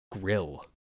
grill